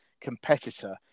competitor